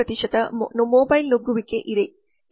95 mobile ನುಗ್ಗುವಿಕೆ ಇದೆ